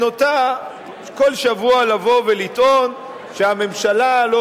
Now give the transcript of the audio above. נוטה כל שבוע לבוא ולטעון שהממשלה לא